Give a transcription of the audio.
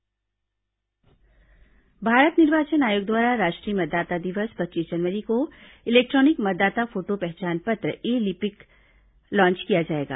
मतदाता दिवस e EPIC Bharat निर्वाचन आयोग द्वारा राष्ट्रीय मतदाता दिवस पच्चीस जनवरी को इलेक्ट्रॉनिक मतदाता फोटो पहचान पत्र ई इपिक लाँन्च किया जाएगा